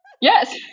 Yes